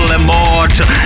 immortal